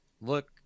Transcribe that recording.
Look